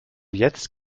jetzt